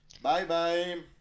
Bye-bye